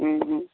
हूँ हूँ